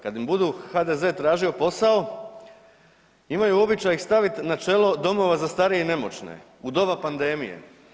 Kad im budu HDZ tražio posao imaju običaj ih stavit na čelo domova za starije i nemoćne u doba pandemije.